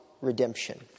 redemption